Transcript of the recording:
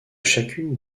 chacune